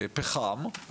פחם,